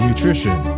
Nutrition